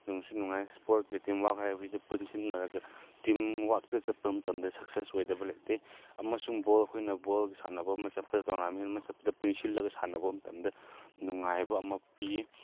ꯅꯨꯡꯁꯨ ꯅꯨꯡꯉꯥꯏ ꯏꯁꯄꯣꯔꯠꯀꯤ ꯇꯤꯝꯋꯥꯔꯛ ꯍꯥꯏꯕꯁꯤꯗꯤ ꯄꯣꯁꯤꯁꯟ ꯂꯩꯅꯔꯒ ꯇꯤꯝꯋꯥꯔꯛꯇ ꯆꯠꯄ ꯃꯇꯝꯗ ꯁꯛꯁꯦꯁ ꯑꯣꯏꯗꯕ ꯂꯩꯇꯦ ꯑꯃꯁꯨꯡ ꯕꯣꯜ ꯑꯩꯈꯣꯏꯅ ꯕꯣꯜ ꯁꯥꯟꯅꯕ ꯑꯃ ꯆꯠꯄꯗ ꯇꯣꯔꯅꯥꯃꯦꯟ ꯑꯃ ꯆꯠꯄꯗ ꯄꯨꯟꯁꯤꯜꯂꯒ ꯁꯥꯟꯅꯕ ꯃꯇꯝꯗ ꯅꯨꯡꯉꯥꯏꯕ ꯑꯃ ꯄꯤ